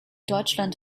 deutschland